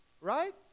right